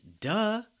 duh